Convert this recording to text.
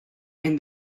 and